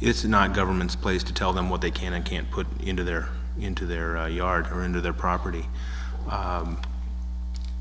it's not government's place to tell them what they can and can't put into their into their yard or into their property